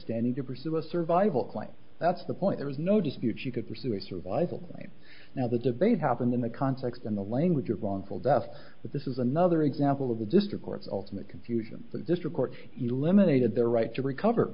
standing to pursue a survival claim that's the point there is no dispute she could pursue a survival right now the debate happened in the context in the language of wrongful death but this is another example of the district courts ultimate confusion that district court you eliminated their right to recover